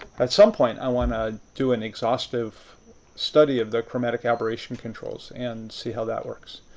at some point, i want to do an exhaustive study of the chromatic aberration controls and see how that works.